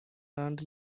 aunt